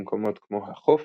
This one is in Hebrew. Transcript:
במקומות כמו החוף,